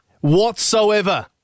whatsoever